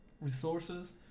resources